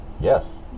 Yes